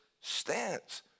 stance